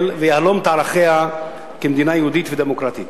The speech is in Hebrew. ויהלום את ערכיה כמדינה יהודית ודמוקרטית.